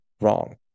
wrong